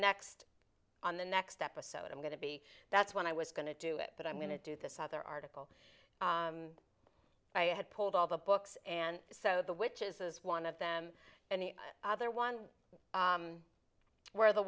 next on the next episode i'm going to be that's when i was going to do it but i'm going to do this other article i had pulled all the books and so the witches is one of them and the other one where the